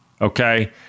okay